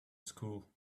school